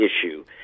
issue